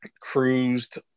cruised